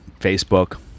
Facebook